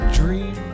dream